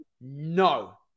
no